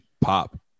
pop